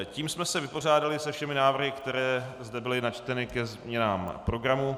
Tím jsme se vypořádali se všemi návrhy, které zde byly načteny ke změnám programu.